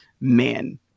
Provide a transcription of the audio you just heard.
man